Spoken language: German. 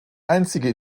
einzige